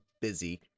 busy